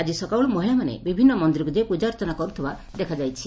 ଆଜି ସକାଳୁ ମହିଳାମାନେ ବିଭିନ୍ନ ମନ୍ଦିରକୁ ଯାଇ ପ୍ରଜାର୍ଚ୍ଚନା କରୁଥିବା ଦେଖାଯାଇଛି